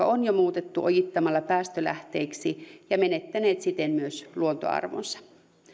on jo muutettu ojittamalla päästölähteiksi ja menettäneet siten myös luontoarvonsa